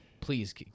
Please